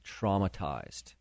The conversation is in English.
traumatized